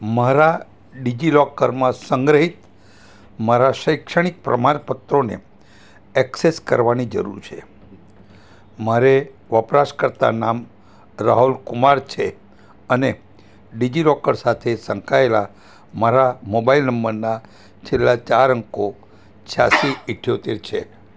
મારા ડીજીલોકરમાં સંગ્રહિત મારા શૈક્ષણિક પ્રમાણપત્રોને એક્સેસ કરવાની જરૂર છે મારે વપરાશકર્તા નામ રાહુલકુમાર છે અને ડીજીલોકર સાથે સંકળાયેલા મારા મોબાઈલ નંબરના છેલ્લા ચાર અંકો છ્યાસી ઇઠોતેર છે